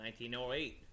1908